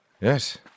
Yes